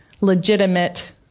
legitimate